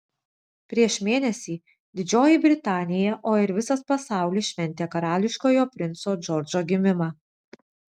prieš mėnesį didžioji britanija o ir visas pasaulis šventė karališkojo princo džordžo gimimą